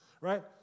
Right